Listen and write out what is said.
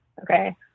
okay